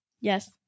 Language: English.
Yes